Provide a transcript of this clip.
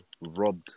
robbed